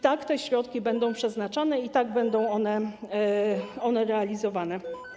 Tak te środki będą przeznaczane i tak będzie to realizowane.